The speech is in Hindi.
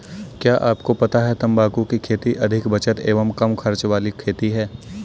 क्या आपको पता है तम्बाकू की खेती अधिक बचत एवं कम खर्च वाली खेती है?